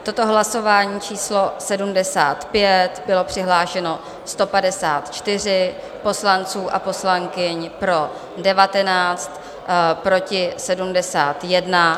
Toto hlasování číslo 75, bylo přihlášeno 154 poslanců a poslankyň, pro 19, proti 71.